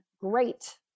Great